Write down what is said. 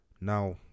now